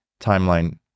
timeline